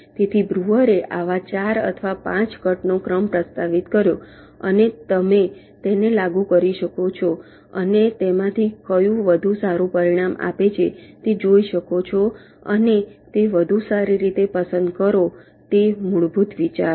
તેથી બ્રુઅરે આવા 4 અથવા 5 કટનો ક્રમ પ્રસ્તાવિત કર્યો અને તમે તેને લાગુ કરી શકો છો અને તેમાંથી કયું વધુ સારું પરિણામ આપે છે તે જોઈ શકો છો અને તે વધુ સારી રીતે પસંદ કરો તે મૂળભૂત વિચાર છે